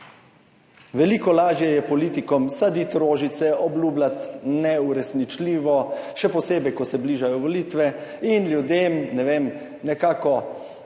Veliko lažje je politikom saditi rožice, obljubljati neuresničljivo, še posebej ko se bližajo volitve, in ljudem, ne vem, nekako